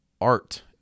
art